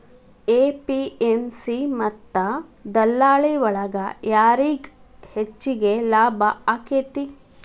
APMC ಮತ್ತ ದಲ್ಲಾಳಿ ಒಳಗ ಯಾರಿಗ್ ಹೆಚ್ಚಿಗೆ ಲಾಭ ಆಕೆತ್ತಿ?